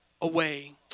away